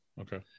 Okay